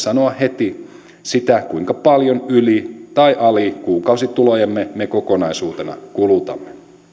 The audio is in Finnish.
sanoa heti kuinka paljon yli tai ali kuukausitulojemme me kokonaisuutena kulutamme